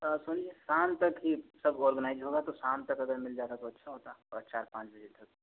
सोनी जी शाम तक ही सब ऑर्गेनाइज होगा तो शाम तक अगर मिल जाता तो अच्छा होता चार पाँच बजे तक